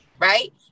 right